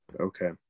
Okay